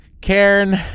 Karen